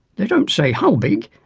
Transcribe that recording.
they don't say how big,